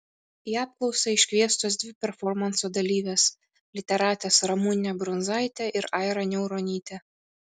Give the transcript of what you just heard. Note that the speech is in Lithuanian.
į apklausą iškviestos dvi performanso dalyvės literatės ramunė brunzaitė ir aira niauronytė